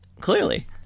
clearly